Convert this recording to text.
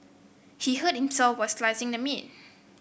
he hurt himself while slicing the meat